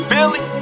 Billy